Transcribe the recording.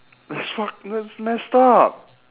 that's fuc~ that's messed up